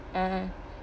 ah